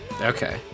Okay